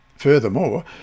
Furthermore